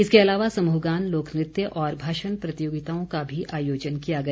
इसके अलावा समृहगान लोक नृत्य और भाषण प्रतियोगिताओं का भी आयोजन किया गया